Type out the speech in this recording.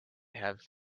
have